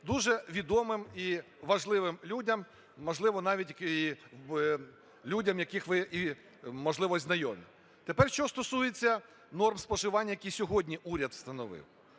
дуже відомим і важливим людям, можливо, навіть і людям, яких ви, і можливо, знайомі. Тепер, що стосується норм споживання, які сьогодні уряд встановив.